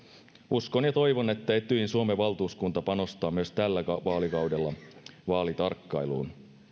uskon ja toivon että etyjin suomen valtuuskunta panostaa myös tällä vaalikaudella vaalitarkkailuun